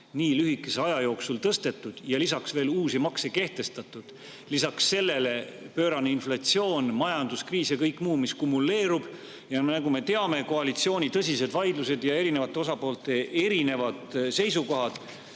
nii lühikese aja jooksul tõstetud ja ka veel uusi makse kehtestatud. Lisaks sellele on pöörane inflatsioon, majanduskriis ja kõik muu, mis kumuleerub. Nagu me teame, koalitsiooni tõsised vaidlused ja eri osapoolte erinevad seisukohad